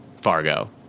Fargo